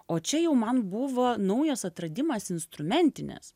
o čia jau man buvo naujas atradimas instrumentinės